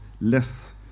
less